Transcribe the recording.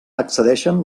accedeixen